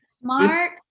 Smart